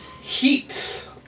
heat